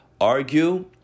argue